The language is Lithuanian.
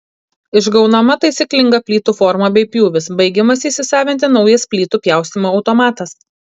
išgaunama taisyklinga plytų forma bei pjūvis baigiamas įsisavinti naujas plytų pjaustymo automatas